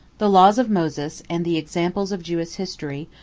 the laws of moses, and the examples of jewish history,